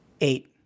Eight